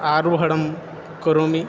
आरोहणं करोमि